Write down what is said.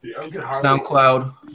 SoundCloud